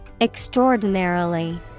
EXTRAORDINARILY